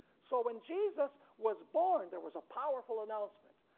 so when jesus was born there was a powerful announcement.